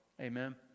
Amen